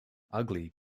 ugly